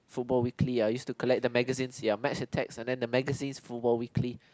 football weekly I used to collect the magazines ya Max and Tax and then the magazines football weekly